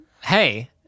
Hey